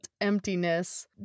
emptiness